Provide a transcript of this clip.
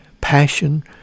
passion